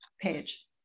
page